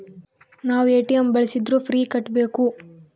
ನಾವ್ ಎ.ಟಿ.ಎಂ ಬಳ್ಸಿದ್ರು ಫೀ ಕಟ್ಬೇಕು